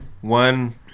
One